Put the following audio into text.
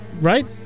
Right